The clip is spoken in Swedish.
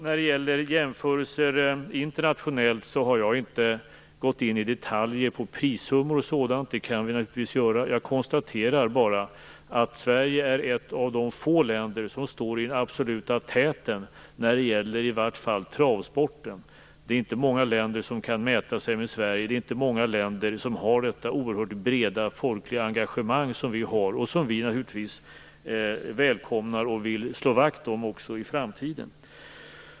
När det gäller internationella jämförelser har jag inte gått in i detaljer vad gäller t.ex. prissummor. Det kan vi naturligtvis göra. Jag konstaterar bara att Sverige är ett av de få länder som står i absoluta täten när det i vart fall gäller travsporten. Det är inte många länder som kan mäta sig med Sverige. Det är inte många länder som har detta oerhört breda folkliga engagemang som vi har, och som vi naturligtvis välkomnar och vill slå vakt om också i framtiden.